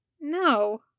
No